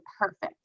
perfect